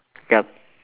yup